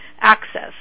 access